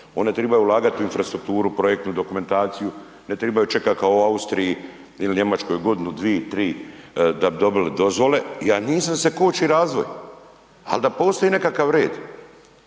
Oni trebaju ulagati u infrastrukturu, projektnu dokumentaciju. Ne trebaju čekati kao u Austriji ili u Njemačkoj godinu, dvije, tri da bi dobili dozvole. Ja nisam da se koči razvoj, ali da postoji nekakav red.